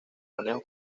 manejo